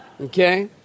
Okay